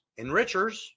enrichers